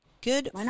Good